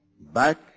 back